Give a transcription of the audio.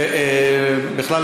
ובכלל,